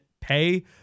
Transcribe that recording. pay